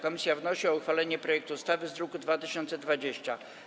Komisja wnosi o uchwalenie projektu ustawy z druku nr 2020.